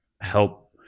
help